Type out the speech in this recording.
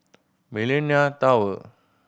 Millenia Tower